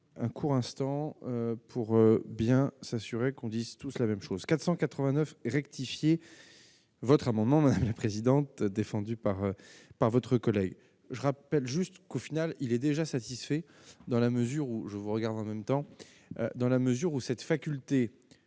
un court instant pour bien s'assurer qu'on disent tous la même chose : 489 rectifié votre un moment même la présidente défendu par par votre collègue, je rappelle juste qu'au final, il est déjà satisfait dans la mesure où je vous regarde en même temps, dans la mesure où cette faculté